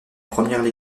première